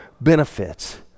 benefits